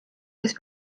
kes